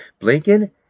Blinken